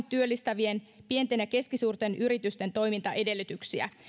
työllistävien pienten ja keskisuurten yritysten toimintaedellytyksiä monin eri tavoin